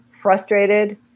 frustrated